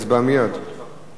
אני